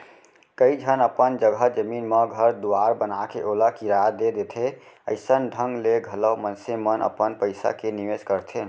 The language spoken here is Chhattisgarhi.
कइ झन अपन जघा जमीन म घर दुवार बनाके ओला किराया दे देथे अइसन ढंग ले घलौ मनसे मन अपन पइसा के निवेस करथे